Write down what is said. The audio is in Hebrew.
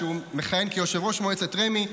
שהוא מכהן כיושב-ראש מועצת רמ"י.